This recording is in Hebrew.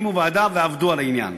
ועבדו על העניין.